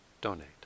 donate